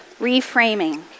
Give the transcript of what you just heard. Reframing